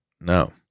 No